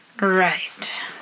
right